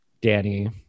Danny